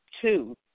two